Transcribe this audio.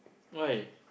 why